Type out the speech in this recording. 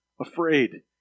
afraid